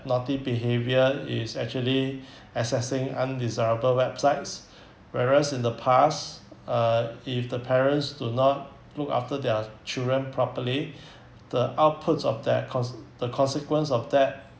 naughty behaviour is actually assessing undesirable websites whereas in the past uh if the parents do not look after their children properly the outputs of that cons~ the consequence of that